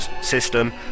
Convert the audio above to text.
system